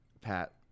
Pat